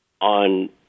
On